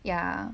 ya